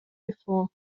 before